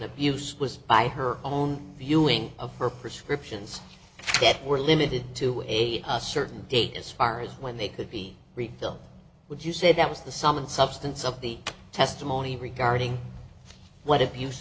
abuse was by her own viewing of her prescriptions that were limited to a certain date as far as when they could be refilled would you say that was the sum and substance of the testimony regarding what abuse